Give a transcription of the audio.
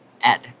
Ed